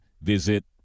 visit